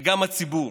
וגם הציבור